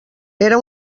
era